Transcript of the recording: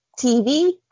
TV